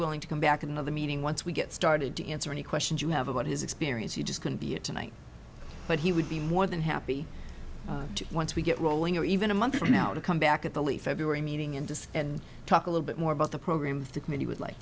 willing to come back in another meeting once we get started to answer any questions you have about his experience he just couldn't be it tonight but he would be more than happy to once we get rolling or even a month from now to come back at the leaf february meeting in disk and talk a little bit more about the program of the committee would like